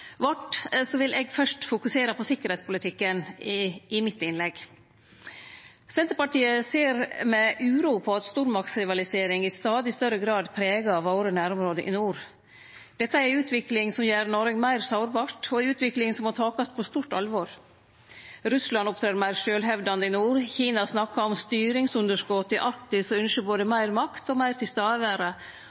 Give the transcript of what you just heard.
vil eg fyrst fokusere på sikkerheitspolitikken i innlegget mitt. Senterpartiet ser med uro på at stormaktsrivalisering i stadig større grad pregar våre nærområde i nord. Dette er ei utvikling som gjer Noreg meir sårbart, og som må takast på stort alvor. Russland opptrer meir sjølvhevdande i nord, Kina snakkar om